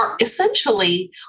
essentially